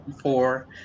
four